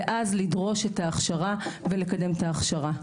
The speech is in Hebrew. ואז לדרוש את ההכשרה ולקדם את ההכשרה.